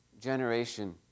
generation